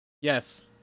yes